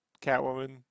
Catwoman